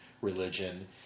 religion